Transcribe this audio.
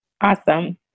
Awesome